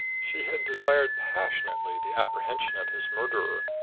she had desired passionately the apprehension of his murderer,